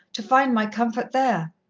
to find my comfort there,